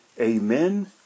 Amen